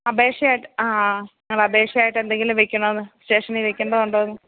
അപേക്ഷയായിട്ട് ആ ആ അപേക്ഷയായിട്ട് എന്തെങ്കിലും വയ്ക്കണോന്ന് സ്റ്റേഷനില് വയ്ക്കേണ്ടതുണ്ടോന്ന്